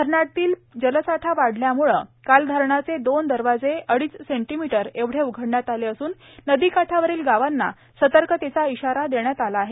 धरणातील जलसाठा वाढल्यामुळं काल धरणाचे दोन दरवाजे अडीच सेंटीमीटर एवढे उघडण्यात आले असून नदीकाठावरील गावांना सतर्कतेचा इशारा देण्यात आला आहे